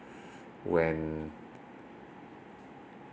when